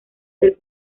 del